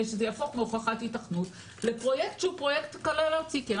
שזה יהפוך לפרויקט כלל ארצי כמו הוכחת היתכנות,